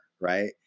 Right